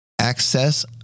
access